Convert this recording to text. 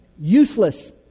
Useless